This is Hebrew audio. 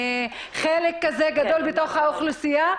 מחלק כזה גדול בתוך האוכלוסייה,